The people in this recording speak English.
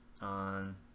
on